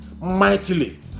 mightily